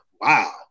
Wow